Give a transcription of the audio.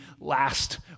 last